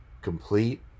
complete